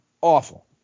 Awful